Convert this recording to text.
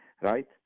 right